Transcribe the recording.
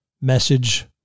Message